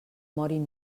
morin